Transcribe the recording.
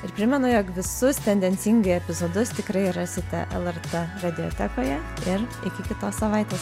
ir primenu jog visus tendencingai epizodus tikrai rasite lrt radiotekoje ir iki kitos savaitės